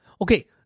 okay